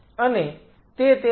અને તે તેના P એકમ ઉત્પન્ન કરે છે